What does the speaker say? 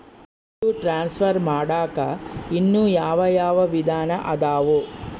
ದುಡ್ಡು ಟ್ರಾನ್ಸ್ಫರ್ ಮಾಡಾಕ ಇನ್ನೂ ಯಾವ ಯಾವ ವಿಧಾನ ಅದವು?